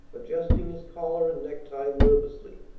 adjusting his collar and necktie nervously,